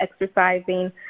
exercising